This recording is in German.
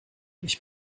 ich